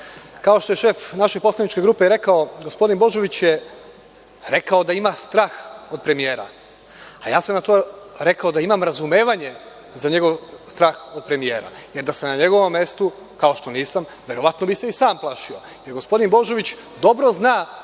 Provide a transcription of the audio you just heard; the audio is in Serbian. Kao što je šef naše poslaničke grupe rekao, gospodin Božović je rekao da ima strah od premijera, a ja sam na to rekao da imam razumevanje za njegov strah od premijera, jer da sam na njegovom mestu, kao što nisam, verovatno bih se i sam plašio. Gospodin Božović dobro zna